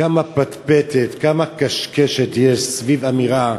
כמה פטפטת וכמה קשקשת יש סביב אמירה